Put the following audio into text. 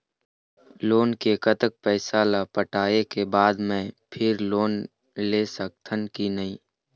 Loan के कतक पैसा ला पटाए के बाद मैं फिर लोन ले सकथन कि नहीं?